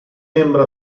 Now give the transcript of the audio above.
membro